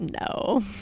No